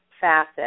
facet